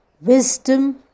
wisdom